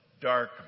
dark